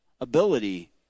ability